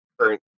current